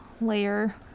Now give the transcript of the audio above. layer